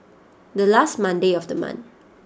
the last Monday of the month